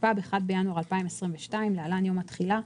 התשפ״ב (1 בינואר 2022) (להלן - יום התחילה),